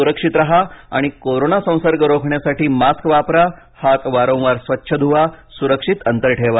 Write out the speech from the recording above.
सुरक्षित राहा आणि कोरोना संसर्ग रोखण्यासाठी मास्क वापरा हात वारंवार स्वच्छ धुवा सुरक्षित अंतर ठेवा